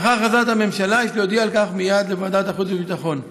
לאחר הכרזת הממשלה יש להודיע על כך מייד לוועדת החוץ והביטחון.